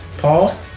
Paul